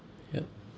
ya